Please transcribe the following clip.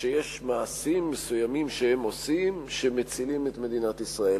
שיש מעשים מסוימים שהם עושים שמצילים את מדינת ישראל.